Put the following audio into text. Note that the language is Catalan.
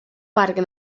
parc